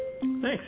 Thanks